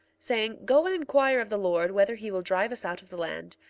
saying go and inquire of the lord whether he will drive us out of the land,